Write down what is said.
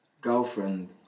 girlfriend